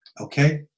okay